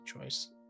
choice